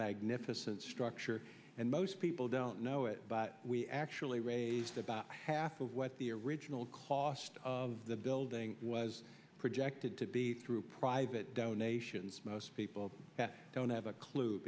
magnificent structure and most people don't know it but we actually raised about half of what the original cost of the building was projected to be through private donations most people don't have a clue